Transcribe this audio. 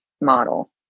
model